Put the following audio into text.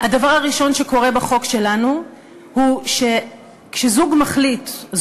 הדבר הראשון שקורה בחוק שלנו הוא שכשזוג מחליט,